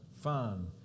fun